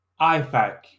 IFAC